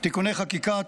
(תיקוני חקיקה),